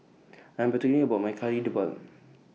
I'm particular about My Kari Debal